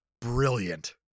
brilliant